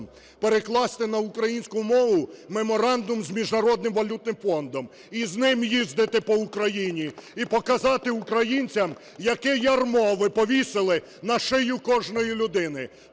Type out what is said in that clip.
перекласти на українську мову меморандум з Міжнародним валютним фондом, і з ним їздити по Україні, і показати українцям, яке ярмо ви повісили на шию кожної людини: